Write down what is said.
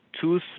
two